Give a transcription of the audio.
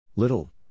Little